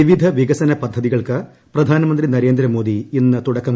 പിവിധ വികസന പദ്ധതികൾക്ക് പ്രധാനമന്ത്രി നരേന്ദ്രമോദി ഇന്ന് തുടക്കം കുറിക്കും